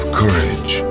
courage